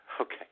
Okay